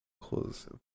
Close